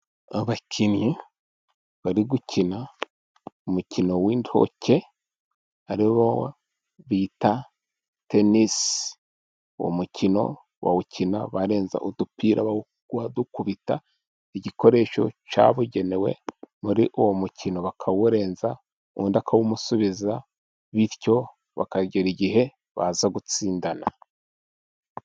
Abakinnyi bari gukina umukino w'intoke aribo bita tenisi, uwo mukino wawukina barenza udupira, wadukubita igikoresho cyabugenewe muri uwo mukino, bakawurenza ,undi akawumusubiza ,bityo bakagera igihe baza gutsindana.